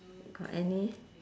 got any